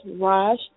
Raj